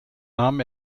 nahm